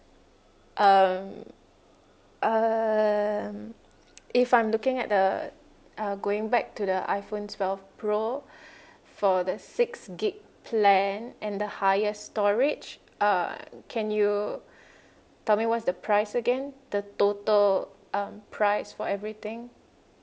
um um if I'm looking at the uh going back to the iphone twelve pro for the six gig plan and the highest storage uh can you tell me what's the price again the total um price for everything